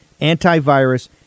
antivirus